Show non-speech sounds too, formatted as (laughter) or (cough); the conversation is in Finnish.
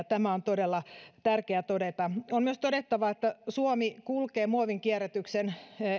(unintelligible) tämä on todella tärkeää todeta on myös todettava että suomi kulkee muovinkierrätyksen